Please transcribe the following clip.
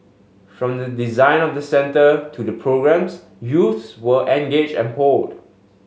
from the design of the centre to the programmes youths were engaged and polled